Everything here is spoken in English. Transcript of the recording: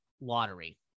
lottery